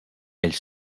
elle